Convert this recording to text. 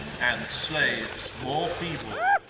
and slaves more feeble,